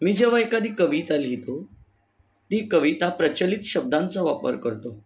मी जेव्हा एखादी कविता लिहितो ती कविता प्रचलित शब्दांचा वापर करतो